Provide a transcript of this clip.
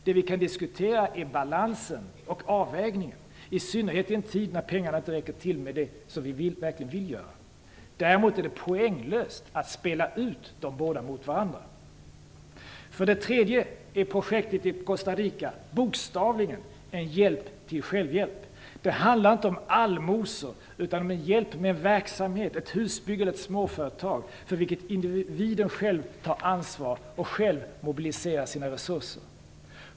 Det vi kan diskutera är balansen och avvägningen, i synnerhet i en tid när pengarna inte räcker till allt det som vi verkligen vill göra. Däremot är det poänglöst att spela ut de båda linjerna mot varandra. För det tredje är projektet i Costa Rica bokstavligen en hjälp till självhjälp. Det handlar inte om allmosor utan om hjälp med en verksamhet - ett husbygge eller ett småföretag - för vilken individen själv tar ansvar och själv mobiliserar sina resurser.